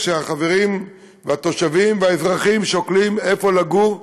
כשהחברים והתושבים והאזרחים שוקלים איפה לגור,